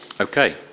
okay